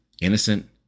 innocent